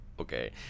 Okay